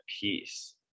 peace